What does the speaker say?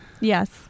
Yes